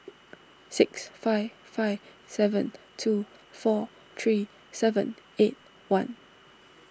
six five five seven two four three seven eight one